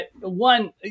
one